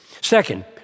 Second